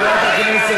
זה לא מתאים לשאלה